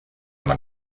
man